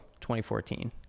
2014